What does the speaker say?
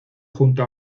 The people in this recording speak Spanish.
junto